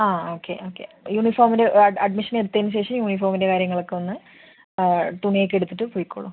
ആ okay okay യൂണിഫോമിന് admission എടുത്തതിന് ശേഷം യൂണിഫോമിൻ്റെ കാര്യങ്ങളൊക്കെയൊന്ന് തുണിയൊക്കെ എടുത്തിട്ട് പോയിക്കൊള്ളു